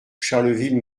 charleville